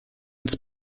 its